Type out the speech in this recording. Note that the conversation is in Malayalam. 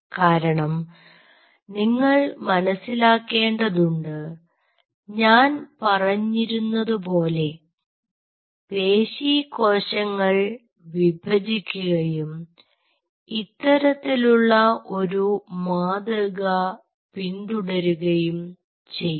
കാരണം നിങ്ങൾ മനസ്സിലാക്കേണ്ടതുണ്ട് ഞാൻ പറഞ്ഞിരുന്നതുപോലെ പേശി കോശങ്ങൾ വിഭജിക്കുകയും ഇത്തരത്തിലുള്ള ഒരു മാതൃക പിന്തുടരുകയും ചെയ്യും